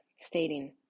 stating